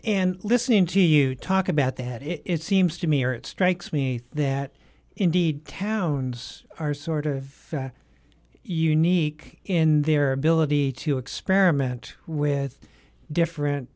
and listening to you talk about that it seems to me or it strikes me that indeed towns are sort of unique in their ability to experiment with different